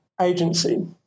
agency